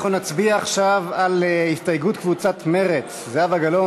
אנחנו נצביע עכשיו על הסתייגות קבוצת מרצ: זהבה גלאון,